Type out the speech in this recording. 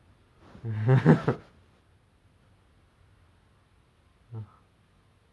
that's why it's it's chi~ it's from china lah then um